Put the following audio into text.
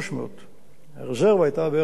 הרזרבה היתה בערך בין 500 ל-600,